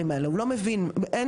גם על זה יש עתירה תלויה ועומדת,